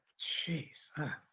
Jeez